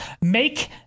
Make